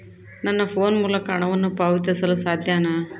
ನನ್ನ ಫೋನ್ ಮೂಲಕ ಹಣವನ್ನು ಪಾವತಿಸಲು ಸಾಧ್ಯನಾ?